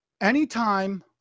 Anytime